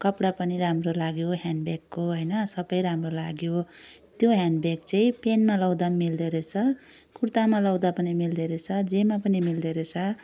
कपडा पनि राम्रो लाग्यो ह्यान्ड ब्यागको होइन सबै राम्रो लाग्यो त्यो ह्यान्ड ब्याग चाहिँ प्यान्टमा लगाउँदा मिल्दो रहेछ कुर्तामा लगाउँदा पनि मिल्दो रहेछ जेमा पनि मिल्दो रहेछ